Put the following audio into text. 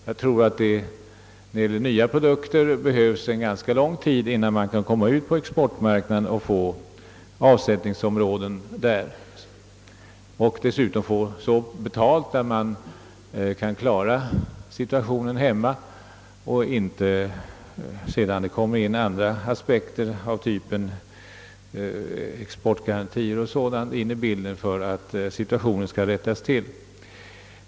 Jag tror att det behövs en ganska lång tid, innan man kan komma ut med nya produkter och finna avsättning för dem på exportmarknaden. Det gäller dessutom att få så pass mycket betalt, att man kan klara situationen hemma utan att det sedan tillkommer aspekter av typen krav på exportgarantier för att förhållandena skall kunna rättas till.